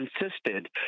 insisted